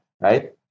right